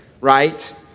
right